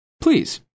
Please